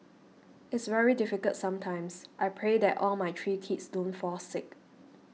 it's very difficult sometimes I pray that all my three kids don't fall sick